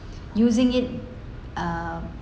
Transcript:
using it uh